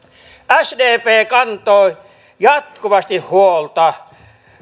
sdp kantoi jatkuvasti huolta